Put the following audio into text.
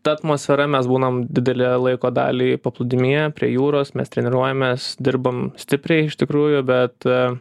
ta atmosfera mes būnam didelę laiko dalį paplūdimyje prie jūros mes treniruojamės dirbam stipriai iš tikrųjų bet